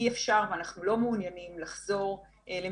אי אפשר ואנחנו לא מעוניינים לחזור למקומות